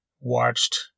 watched